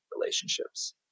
relationships